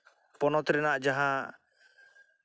ᱯᱚᱱᱚᱛ ᱨᱮᱱᱟᱜ ᱡᱟᱦᱟᱸ